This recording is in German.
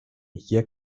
hier